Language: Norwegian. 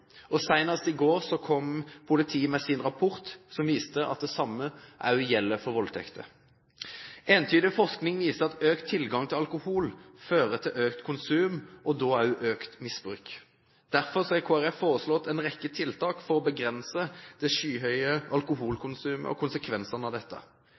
i går kom politiet med sin rapport som viste at det samme også gjelder for voldtekter. Entydig forskning viser at økt tilgang til alkohol fører til økt konsum, og da også økt misbruk. Derfor har Kristelig Folkeparti foreslått en rekke tiltak for å begrense det skyhøye alkoholkonsumet og konsekvensene av dette.